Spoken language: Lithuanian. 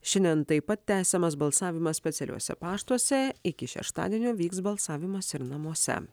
šiandien taip pat tęsiamas balsavimas specialiuose paštuose iki šeštadienio vyks balsavimas ir namuose